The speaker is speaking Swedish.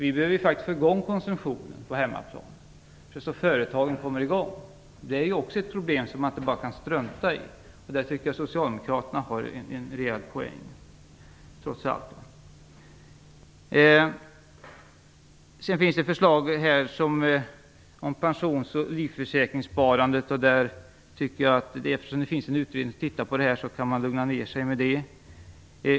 Vi behöver faktiskt få i gång konsumtionen på hemmaplan, så att också företagen får fart. Det är ett problem som man inte bara kan strunta i, och där tycker jag att socialdemokraterna trots allt har en rejäl poäng. När det gäller förslagen om pensions och livförsäkringssparandet tycker jag att man, eftersom det finns en utredning som studerar detta, på den punkten kan lugna ner sig.